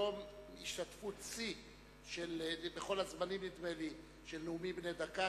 נדמה לי שהיום היתה השתתפות שיא של כל הזמנים בנאומים בני דקה,